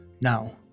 now